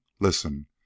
Listen